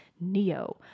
Neo